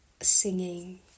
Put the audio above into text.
singing